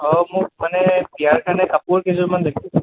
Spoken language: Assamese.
অঁ মোক মানে বিয়াৰ কাৰণে কাপোৰ কেইযোৰমান লাগিছিল